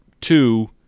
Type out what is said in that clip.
Two